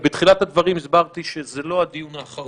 ובתחילת הדברים הסברתי שזה לא הדיון האחרון,